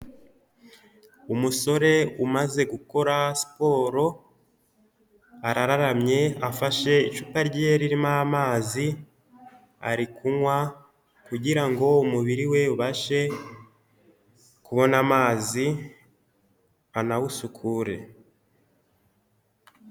Umusore umaze gukora siporo arararamye afashe icupa rye ririmo amazi ari kunywa kugirango umubiri we ubashe kubona amazi anawusukure.